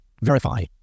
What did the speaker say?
verify